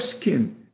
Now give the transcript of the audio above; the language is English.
skin